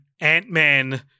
Ant-Man